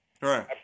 Right